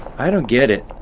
i don't get it.